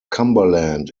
cumberland